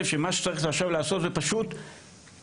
שמה שצריך עכשיו לעשות זה פשוט ליישם.